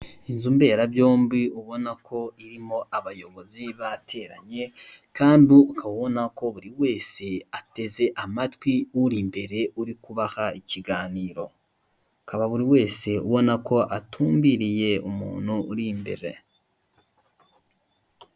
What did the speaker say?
Inzu mberabyombi ubona ko irimo abayobozi bateranye, kandi ukaba ubona ko buri wese ateze amatwi uri imbere, uri kubaha ikiganiro. Ukaba buri wese ubona ko atumbiriye umuntu uri imbere.